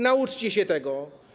Nauczcie się tego.